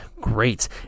great